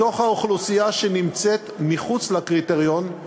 מתוך האוכלוסייה שנמצאת מחוץ לקריטריון,